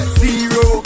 zero